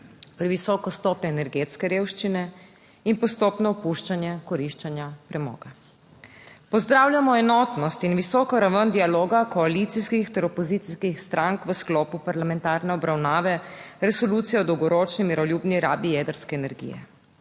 previsoko stopnjo energetske revščine in postopno opuščanje koriščenja premoga. Pozdravljamo enotnost in visoko raven dialoga koalicijskih ter opozicijskih strank v sklopu parlamentarne obravnave resolucije o dolgoročni miroljubni rabi jedrske energije.